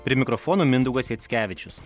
prie mikrofono mindaugas jackevičius